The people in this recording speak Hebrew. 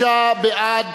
36 בעד,